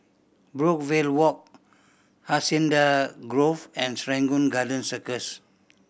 Brookvale Walk Hacienda Grove and Serangoon Garden Circus